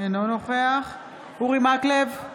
אינו נוכח אורי מקלב,